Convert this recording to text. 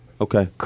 Okay